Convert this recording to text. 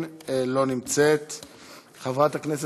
אבל מצד